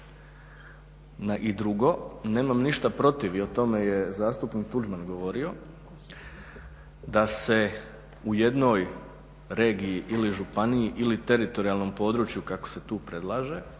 I drugo, nemam ništa protiv, i o tome je zastupnik Tuđman govorio, da se u jednoj regiji ili županiji ili teritorijalnom području kako se tu predlaže